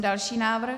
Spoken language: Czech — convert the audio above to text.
Další návrh.